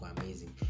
amazing